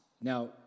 Now